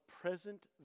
present